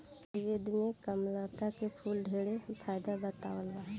आयुर्वेद में कामलता के फूल के ढेरे फायदा बतावल बा